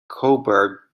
cobourg